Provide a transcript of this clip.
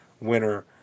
winner